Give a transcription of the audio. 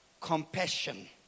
compassion